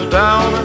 down